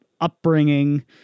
upbringing